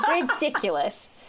Ridiculous